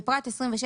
בפרט 26,